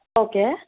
okay